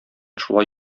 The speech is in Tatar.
шулай